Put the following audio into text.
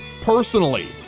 personally